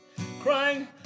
Crying